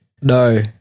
No